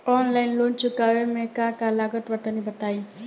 Online loan चुकावे म का का लागत बा तनि बताई?